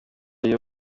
iyo